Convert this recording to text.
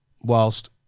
whilst